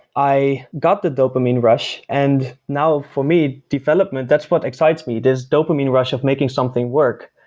i got the dopamine rush and now for me development that's what excites me, this dopamine rush of making something work.